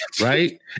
right